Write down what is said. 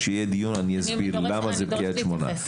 כשיהיה דיון אני אסביר למה זה קריית שמונה.